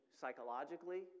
psychologically